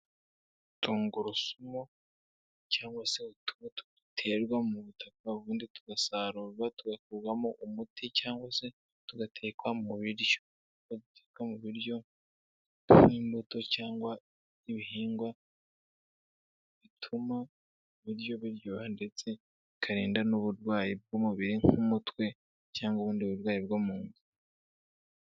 Tungurusumu cyangwa se utubuto duterwa mu butaka ubundi tugasarurwa tugakurwamo umuti cyangwa se tugatekwa mu biryo, baduteka mu biryo nk'imbuto cyangwa nk'ibihingwa bituma ibiryo biryoha ndetse bikarinda n'uburwayi bw'umubiri nk'umutwe cyangwa ubundi burwayi bwo mu nda.